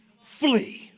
flee